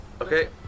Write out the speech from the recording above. Okay